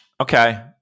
okay